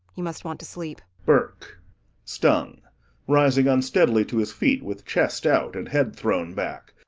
you must want to sleep. burke stung rising unsteadily to his feet with chest out and head thrown back